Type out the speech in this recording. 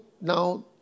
now